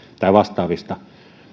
tai vastaavista